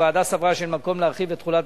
הוועדה סברה שאין מקום להרחיב את תחולת